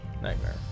Nightmare